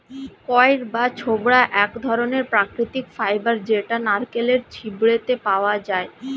কইর বা ছোবড়া এক ধরণের প্রাকৃতিক ফাইবার যেটা নারকেলের ছিবড়েতে পাওয়া যায়